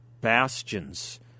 bastions